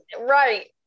right